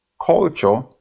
culture